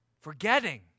Forgetting